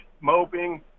moping